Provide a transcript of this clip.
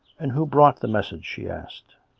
and who brought the message? she asked.